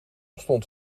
stond